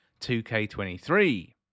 2K23